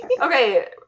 Okay